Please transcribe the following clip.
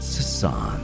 Sasan